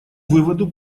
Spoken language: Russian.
выводу